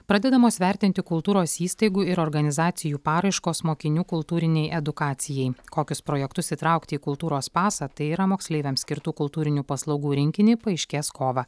pradedamos vertinti kultūros įstaigų ir organizacijų paraiškos mokinių kultūrinei edukacijai kokius projektus įtraukti kultūros pasą tai yra moksleiviams skirtų kultūrinių paslaugų rinkinį paaiškės kovą